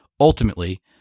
Ultimately